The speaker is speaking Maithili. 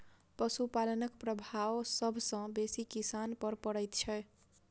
पशुपालनक प्रभाव सभ सॅ बेसी किसान पर पड़ैत छै